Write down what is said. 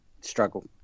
struggle